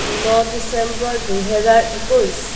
ন December দুহেজাৰ একৈছ